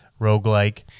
roguelike